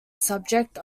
subject